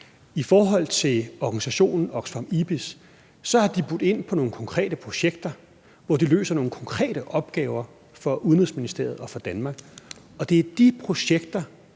I forhold til organisationen Oxfam IBIS, så har de budt ind på nogle konkrete projekter, hvor de løser nogle konkrete opgaver for Udenrigsministeriet og for Danmark, og det er de projekter,